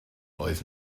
oedd